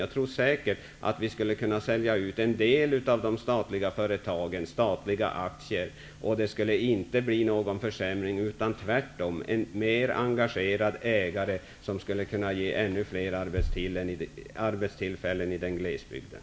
Jag tror säkert att vi skulle kunna sälja ut en del statliga aktier, utan att det leder till någon försämring. Det skulle tvärtom bli mera engagerade ägare, som skulle kunna ge ännu fler arbetstillfällen i glesbygden.